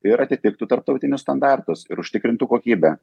ir atitiktų tarptautinius standartus ir užtikrintų kokybę